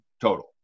Total